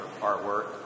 artwork